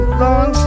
long